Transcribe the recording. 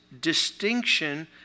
distinction